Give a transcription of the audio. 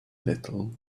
little